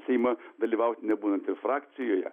seimą dalyvauti nebūnat ir frakcijoje